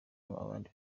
abandi